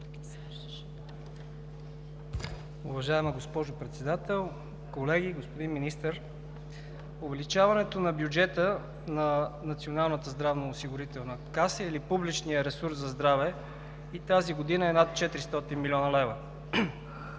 Уважаема госпожо Председател, колеги, господин Министър! Увеличаването на бюджета на Националната здравноосигурителна каса, или публичния ресурс за здраве, и тази година е над 400 млн. лв.